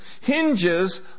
hinges